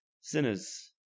sinners